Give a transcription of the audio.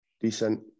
decent